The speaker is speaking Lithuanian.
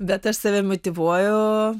bet aš save motyvuoju